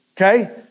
okay